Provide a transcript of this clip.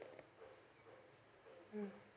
mm